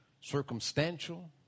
circumstantial